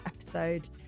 episode